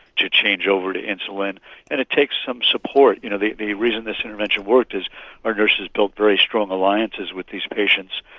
to change over to insulin and it takes some support. you know the the reason this intervention worked is our nurses built very strong alliances with these patients,